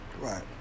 Right